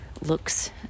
looks